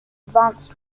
advance